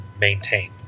maintain